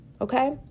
Okay